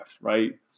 right